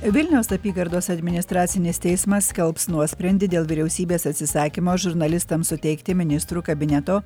vilniaus apygardos administracinis teismas skelbs nuosprendį dėl vyriausybės atsisakymo žurnalistams suteikti ministrų kabineto